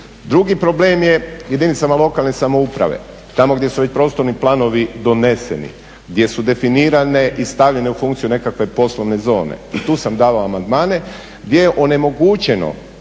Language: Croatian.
Drugi problem je jedinicama lokalne samouprave, tamo gdje su već prostorni planovi doneseni, gdje su definirane i stavljene u funkciju nekakve poslovne zone i tu sam davao amandmane gdje je onemogućeno